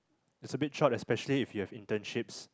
is a bit short especially if you have internships